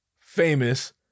famous